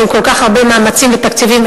עם כל כך הרבה מאמצים ותקציבים,